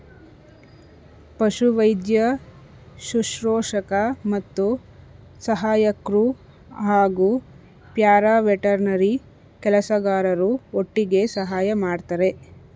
ಪಶುವೈದ್ಯ ಶುಶ್ರೂಷಕ ಮತ್ತು ಸಹಾಯಕ್ರು ಹಾಗೂ ಪ್ಯಾರಾವೆಟರ್ನರಿ ಕೆಲಸಗಾರರು ಒಟ್ಟಿಗೆ ಸಹಾಯ ಮಾಡ್ತರೆ